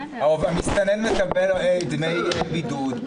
והמסתנן מקבל דמי בידוד.